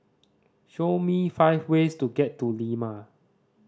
show me five ways to get to Lima